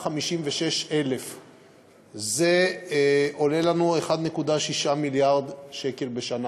156,000. זה עולה לנו 1.6 מיליארד שקלים בשנה,